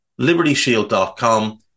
LibertyShield.com